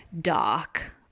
dark